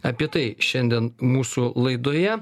apie tai šiandien mūsų laidoje